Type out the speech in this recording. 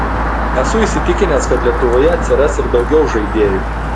esu įsitikinęs kad lietuvoje atsiras ir daugiau žaidėjų